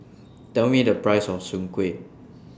Tell Me The Price of Soon Kuih